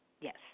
Yes